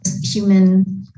human